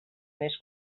més